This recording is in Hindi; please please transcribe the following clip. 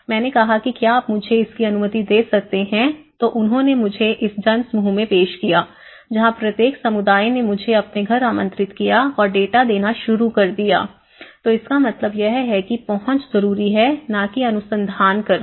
मैंने कहा कि क्या आप मुझे इसकी अनुमति दे सकते हैं तो उन्होंने मुझे उस जनसमूह में पेश किया जहां प्रत्येक समुदाय ने मुझे अपने घर आमंत्रित किया और डाटा देना शुरू कर दिया तो इसका मतलब यह है कि पहुंच जरूरी है ना कि अनुसंधान करना